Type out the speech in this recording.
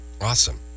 awesome